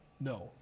No